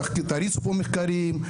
תריצו פה מחקרים,